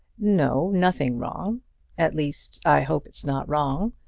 no, nothing wrong at least, i hope it's not wrong.